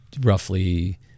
roughly